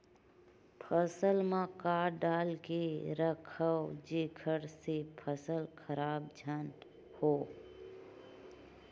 फसल म का डाल के रखव जेखर से फसल खराब झन हो?